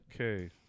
Okay